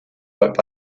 about